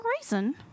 reason